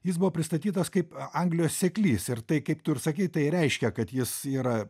jis buvo pristatytas kaip anglijos seklys ir tai kaip tu ir sakei tai reiškia kad jis yra